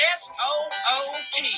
s-o-o-t